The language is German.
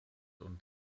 und